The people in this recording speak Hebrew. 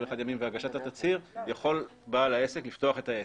ימים והגשת התצהיר יכול בעל העסק לפתוח את העסק.